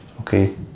okay